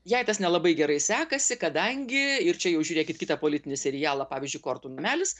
jai tas nelabai gerai sekasi kadangi ir čia jau žiūrėkit kitą politinį serialą pavyzdžiui kortų namelis